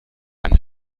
eine